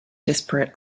disparate